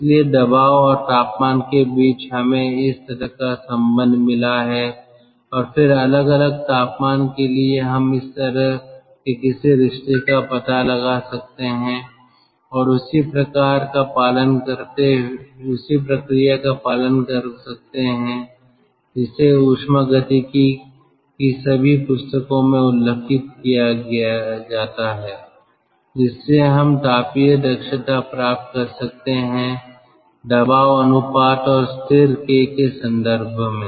इसलिए दबाव और तापमान के बीच हमें इस तरह का संबंध मिला है और फिर अलग अलग तापमान के लिए हम इस तरह के किसी रिश्ते का पता लगा सकते हैं और उसी प्रक्रिया का पालन कर सकते हैं जिसे उष्मागतिकी की सभी पुस्तकों में उल्लिखित किया जाता है जिससे हम तापीय दक्षता प्राप्त कर सकते हैं दबाव अनुपात और स्थिर k के संदर्भ में